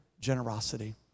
generosity